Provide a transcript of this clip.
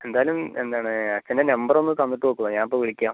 എന്തായാലും എന്താണ് അച്ഛൻ്റെ നമ്പർ ഒന്ന് തന്നിട്ട് പൊക്കോ ഞാൻ അപ്പോൾ വിളിക്കാം